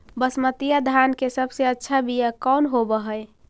बसमतिया धान के सबसे अच्छा बीया कौन हौब हैं?